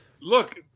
look